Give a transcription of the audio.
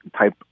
type